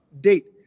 date